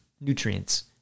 nutrients